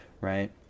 right